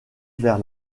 vers